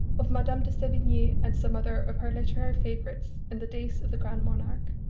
of madame de sevigne and some other of her literary favourites in the days of the grand monarch.